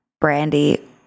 Brandy